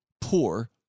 poor